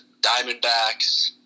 Diamondbacks